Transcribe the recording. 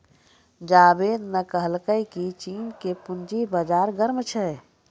जावेद ने कहलकै की चीन के पूंजी बाजार गर्म छै